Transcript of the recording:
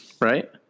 right